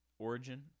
Origin